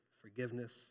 forgiveness